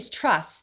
trust